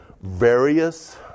various